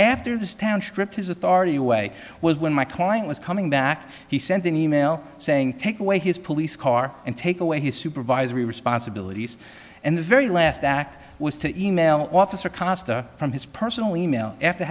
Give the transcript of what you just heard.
after this town script his authority away well when my client was coming back he sent an e mail saying take away his police car and take away his supervisory responsibilities and the very last act was to email officer cost from his personal email after